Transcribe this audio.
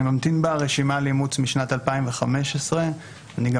אני ממתין ברשימה לאימוץ משנת 2015. אני גם